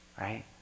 right